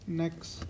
next